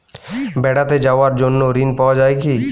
বেড়াতে যাওয়ার জন্য ঋণ পাওয়া যায় কি?